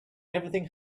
everything